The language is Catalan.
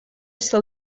ser